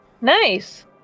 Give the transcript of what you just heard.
Nice